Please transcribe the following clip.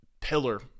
pillar